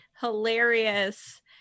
Hilarious